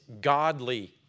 godly